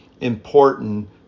important